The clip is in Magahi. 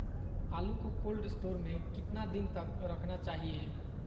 आलू को कोल्ड स्टोर में कितना दिन तक रखना चाहिए?